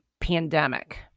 pandemic